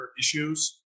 issues